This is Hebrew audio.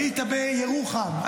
היית בירוחם,